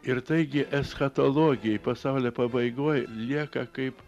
ir taigi eschatologija pasaulio pabaigoj lieka kaip